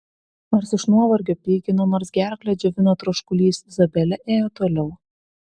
nors iš nuovargio pykino nors gerklę džiovino troškulys izabelė ėjo toliau